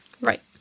Right